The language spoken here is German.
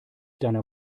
deiner